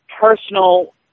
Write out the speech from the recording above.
personal